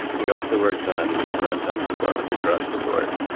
we also worked on runtime performance across the board.